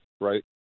right